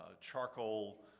charcoal